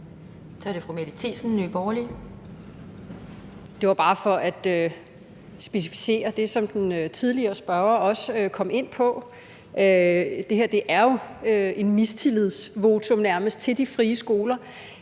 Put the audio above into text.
Det er bare for at specificere det, som den forrige spørger også kom ind på, altså at det her jo nærmest er et mistillidsvotum til de frie skoler.